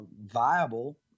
viable